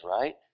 right